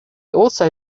also